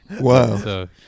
Wow